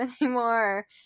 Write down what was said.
anymore